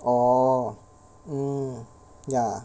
oh hmm ya